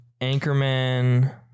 Anchorman